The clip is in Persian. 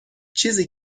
چیزی